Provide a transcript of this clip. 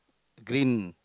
green